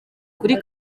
kuri